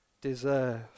deserve